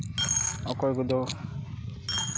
ᱚᱠᱚᱭ ᱠᱚᱫᱚ